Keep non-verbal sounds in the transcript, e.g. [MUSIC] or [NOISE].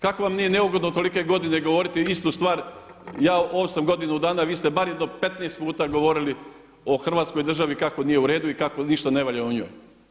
Kako vam nije neugodno tolike godine govoriti isti stvar, ja … [UNINTELLIGIBLE] dana, vi ste bar jedno 15 puta govorili o Hrvatskoj državi kako nije u redu i kako ništa ne valja u njoj.